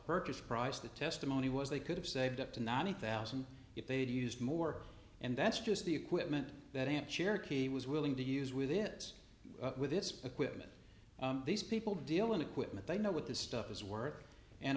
purchase price the testimony was they could have saved up to ninety thousand if they'd used more and that's just the equipment that an cherokee was willing to use with it with this equipment these people deal and equipment they know what the stuff is worth and